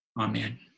Amen